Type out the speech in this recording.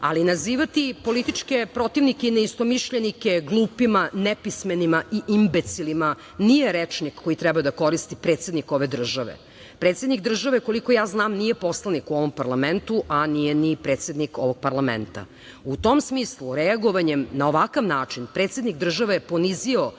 ali nazivati političke protivnike i neistomišljenike - glupima, nepismenima i imbecilima nije rečnik koji treba da koristi predsednik ove države. Predsednik države, koliko ja znam, nije poslanik u ovom parlamentu, a nije ni predsednik ovog parlamenta. U tom smislu, reagovanjem na ovakav način predsednik države je ponizio